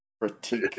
critique